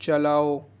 چلاؤ